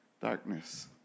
Darkness